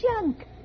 junk